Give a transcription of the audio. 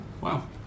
Wow